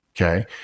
okay